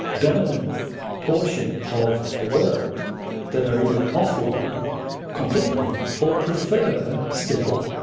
dominant portion of the world that are either offline completely, or prefer still,